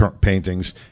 paintings